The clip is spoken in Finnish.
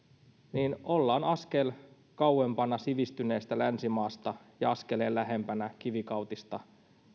niin ollaan askel kauempana sivistyneestä länsimaasta ja askeleen lähempänä kivikautista